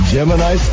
Gemini